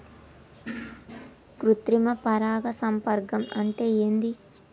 కృత్రిమ పరాగ సంపర్కం అంటే ఏంది?